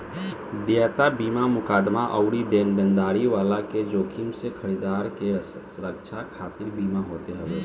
देयता बीमा मुकदमा अउरी देनदारी वाला के जोखिम से खरीदार के रक्षा खातिर बीमा होत हवे